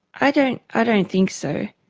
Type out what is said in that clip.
i don't i don't think so.